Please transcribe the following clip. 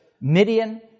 Midian